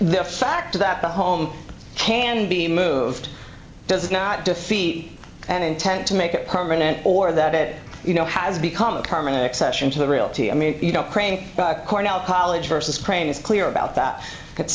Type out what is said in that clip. the fact that the home can be moved does not defeat an intent to make it permanent or that it you know has become a permanent exception to the realty i mean you know crank cornell college versus crane is clear about that it's